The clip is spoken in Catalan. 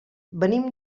venim